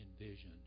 envisioned